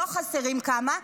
לא חסרים כמה,